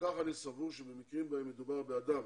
אני סבור שבמקרים בהם מדובר באדם